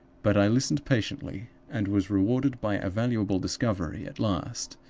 but i listened patiently, and was rewarded by a valuable discovery at last.